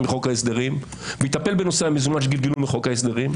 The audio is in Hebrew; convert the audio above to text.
בחוק ההסדרים ויטפל בנושא המזומן שגלגלו לחוק ההסדרים.